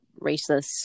racist